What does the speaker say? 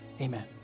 Amen